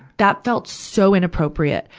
that felt so inappropriate.